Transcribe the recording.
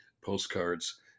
Postcards